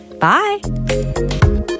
Bye